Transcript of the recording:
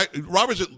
Robert